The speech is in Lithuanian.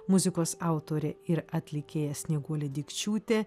muzikos autorė ir atlikėja snieguolė dikčiūtė